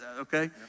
Okay